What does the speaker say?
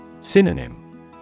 Synonym